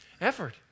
effort